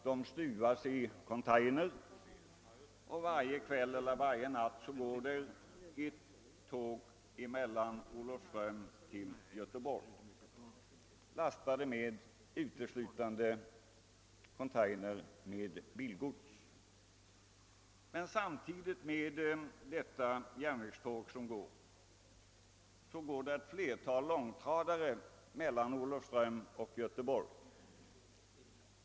Dessa stuvas i containers, och varje natt går ett tåg från Olofström till Göteborg lastat uteslutande med containers som innehåller bilgods. Samtidigt går ett flertal långtradare med samma gods mellan Olofström och Göteborg.